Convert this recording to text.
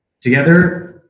Together